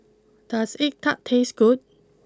does Egg Tart taste good